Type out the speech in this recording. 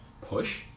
Push